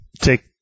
take